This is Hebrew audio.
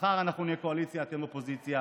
מחר אנחנו נהיה קואליציה ואתם אופוזיציה,